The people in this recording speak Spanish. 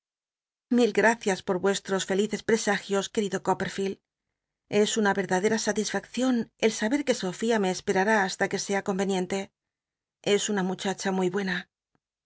mil gtacias por vuestros felices presagios querido copperfield e una y cj dadera sat isfaccion el saber que sofía me espera r t basta que sea conveniente es una muchacha muy buena